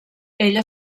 ella